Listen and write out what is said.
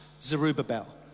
Zerubbabel